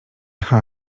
cha